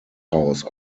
house